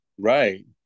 right